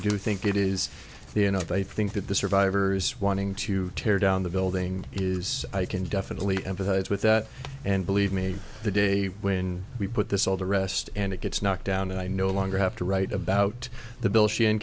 do think it is the end of i think that the survivors wanting to tear down the building is i can definitely empathize with that and believe me the day when we put this all to rest and it gets knocked down and i no longer have to write about the bill she